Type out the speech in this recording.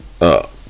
up